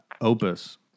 Opus